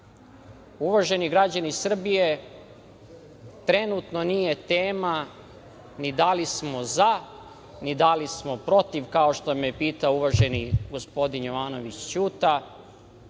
nama. Uvaženi građani Srbije, trenutno nije tema ni da li smo za, ni da li smo protiv, kao što me je pitao uvaženi gospodin Jovanović, Ćuta.